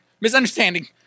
misunderstanding